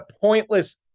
pointless